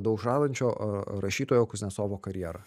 daug žadančio rašytojo kuznecovo karjerą